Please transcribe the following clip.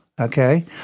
okay